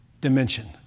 dimension